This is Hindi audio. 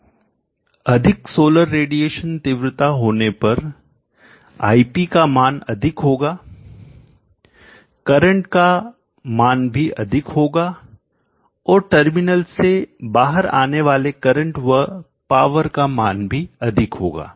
अधिक सोलर रेडिएशन तीव्रता होने पर ip का मान अधिक होगा करंट का मान भी अधिक होगा और टर्मिनल से बाहर आने वाले करंट व पावर का मान भी अधिक होगा